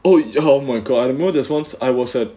oh ya oh my god I remember there was once I was at